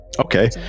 Okay